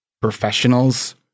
Professionals